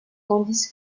tandis